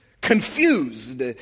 confused